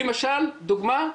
לדוגמא,